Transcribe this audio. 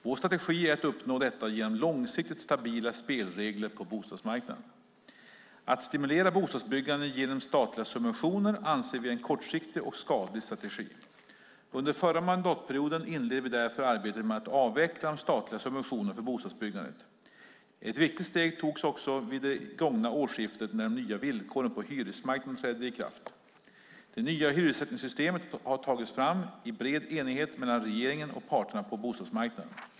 Vår strategi är att uppnå detta genom långsiktigt stabila spelregler på bostadsmarknaden. Att stimulera bostadsbyggandet genom statliga subventioner anser vi är en kortsiktig och skadlig strategi. Under förra mandatperioden inledde vi därför arbetet med att avveckla de statliga subventionerna för bostadsbyggandet. Ett viktigt steg togs vid det gångna årsskiftet när de nya villkoren på hyresmarknaden trädde i kraft. Det nya hyressättningssystemet har tagits fram i bred enighet mellan regeringen och parterna på bostadsmarknaden.